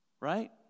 Right